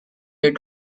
need